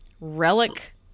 Relic